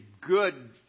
good